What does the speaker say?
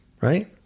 right